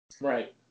Right